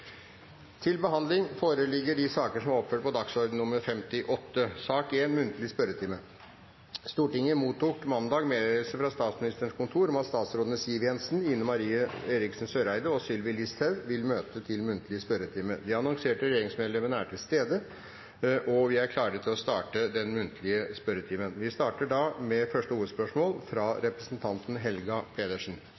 Stortinget mottok mandag meddelelse fra Statsministerens kontor om at statsrådene Siv Jensen, Ine M. Eriksen Søreide og Sylvi Listhaug vil møte til muntlig spørretime. De annonserte regjeringsmedlemmer er til stede, og vi er klar til å starte den muntlige spørretimen. Første hovedspørsmål er fra representanten Helga Pedersen.